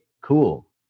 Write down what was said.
Cool